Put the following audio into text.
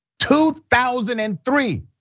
2003